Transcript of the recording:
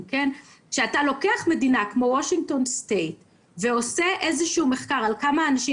כשאתה לוקח מדינה כמו וושינגטון סטייט ועושה מחקר על כמה אנשים